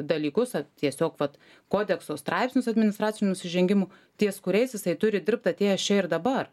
dalykus a tiesiog vat kodekso straipsnius administracinių nusižengimų ties kuriais jisai turi dirbt atėjęs čia ir dabar